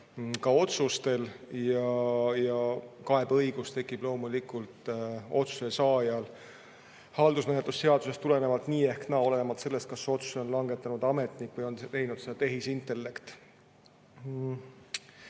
ka otsustel, ja kaebeõigus tekib otsuse saajal haldusmenetluse seadusest tulenevalt nii ehk naa, olenemata sellest, kas otsuse on langetanud ametnik või on teinud selle tehisintellekt.